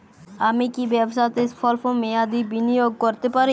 আমি কি ব্যবসাতে স্বল্প মেয়াদি বিনিয়োগ করতে পারি?